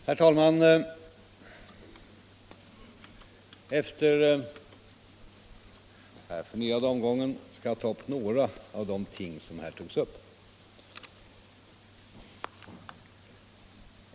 Herr talman! Efter den här förnyade omgången skall jag beröra några av de ting som här togs upp.